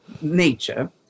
nature